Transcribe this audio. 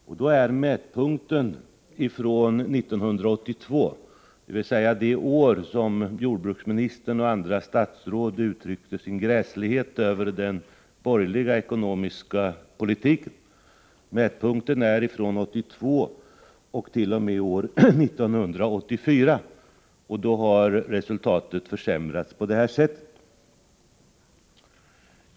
Mätperioden är då från 1982— dvs. det år då jordbruksministern och andra statsråd gav uttryck åt hur gräslig den borgerliga ekonomiska politiken var —t.o.m. 1984, och resultatet har alltså under den tiden försämrats på det här sättet.